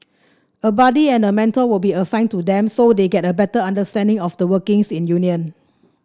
a buddy and mentor will be assigned to them so they get a better understanding of the workings in union